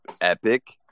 epic